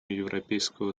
европейского